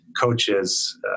coaches